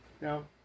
No